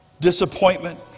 disappointment